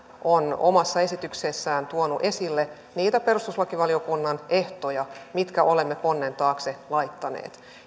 on omassa esityksessään tuonut esille niitä perustuslakivaliokunnan ehtoja mitkä olemme ponnen taakse laittaneet